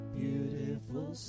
beautiful